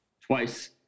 twice